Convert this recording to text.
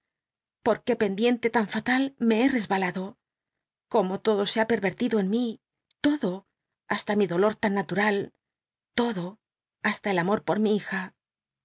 pot qué pendiente tan fatal me he re balado cómo todo c ha pcr'ertido en mi todo hasta mi dolor tan natural todo hasta el amor pot mi hija